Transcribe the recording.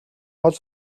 гол